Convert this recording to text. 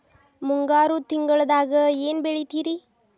ಮುಂಗಾರು ತಿಂಗಳದಾಗ ಏನ್ ಬೆಳಿತಿರಿ?